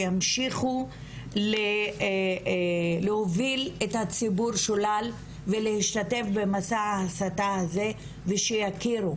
שימשיכו להוביל את הציבור שולל ולהשתתף במסע ההסתה הזה ושיכירו,